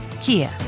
Kia